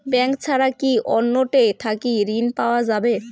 Bank ছাড়া কি অন্য টে থাকি ঋণ পাওয়া যাবে?